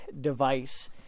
device